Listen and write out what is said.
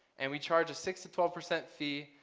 and we charge a six to twelve percent fee,